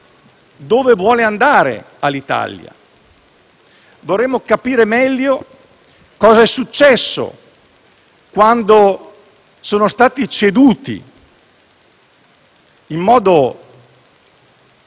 dove vuole andare Alitalia. Vorremmo capire meglio cosa è successo quando sono stati ceduti in modo